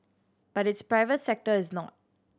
but its private sector is not